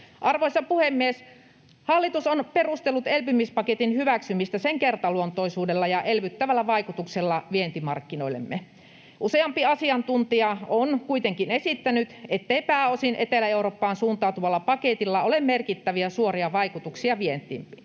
Arvoisa puhemies! Hallitus on perustellut elpymispaketin hyväksymistä sen kertaluontoisuudella ja elvyttävällä vaikutuksella vientimarkkinoillemme. Useampi asiantuntija on kuitenkin esittänyt, ettei pääosin Etelä-Eurooppaan suuntautuvalla paketilla ole merkittäviä suoria vaikutuksia vientiimme.